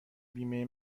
بیمه